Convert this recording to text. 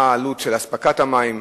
מה העלות של אספקת המים,